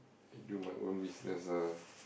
I do my own business ah